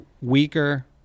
weaker